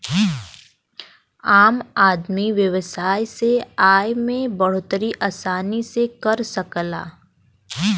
आम आदमी व्यवसाय से आय में बढ़ोतरी आसानी से कर सकला